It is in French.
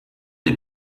des